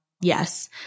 yes